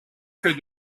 que